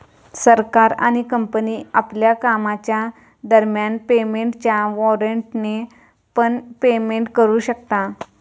सरकार आणि कंपनी आपल्या कामाच्या दरम्यान पेमेंटच्या वॉरेंटने पण पेमेंट करू शकता